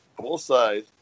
full-size